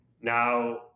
Now